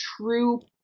true